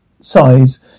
size